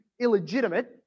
illegitimate